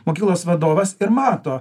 mokyklos vadovas ir mato